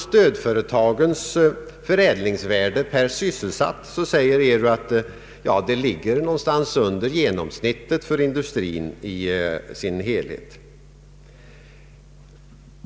Stödföretagens förädlingsvärde per sysselsatt ligger enligt ERU något under genomsnittet för industrin i dess helhet.